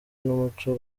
n’umuco